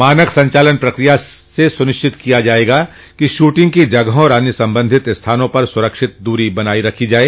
मानक संचालन प्रक्रिया से सुनिश्चित किया जाएगा कि शूटिंग की जगहों और अन्य संबंधित स्थानों पर सुरक्षित दूरी बनाई रखी जाए